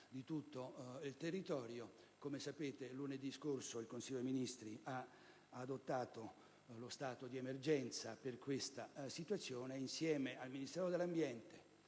di tutto il territorio; come sapete, lunedì scorso il Consiglio dei ministri ha adottato lo stato di emergenza per questa situazione. Insieme al Ministero dell'ambiente,